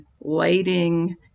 lighting